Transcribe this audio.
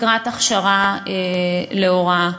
לקראת הכשרה להוראה.